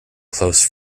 close